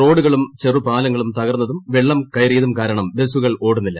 റോഡുകളും ചെറു പാലങ്ങളും തകർന്നതും വെള്ളം കയറിയതും കാരണം ബസുകൾ ഓടുന്നില്ല